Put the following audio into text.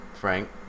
Frank